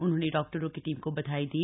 उन्होंने डॉक्टरों की टीम को बधाई दी